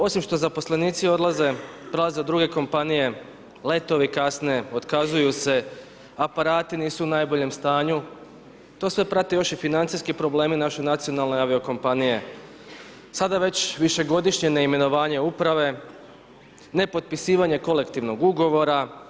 Osim što zaposlenici odlaze, prelaze u druge kompanije, letovi kasne, otkazuju se, aparati nisu u najboljem stanju, to sve prate loši financijski problemi naše nacionalne avio-kompanije sada već višegodišnje neimenovanje uprave, nepotpisivanje kolektivnog ugovora.